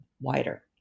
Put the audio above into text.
wider